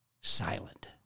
silent